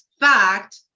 fact